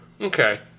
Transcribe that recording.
Okay